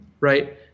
right